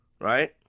right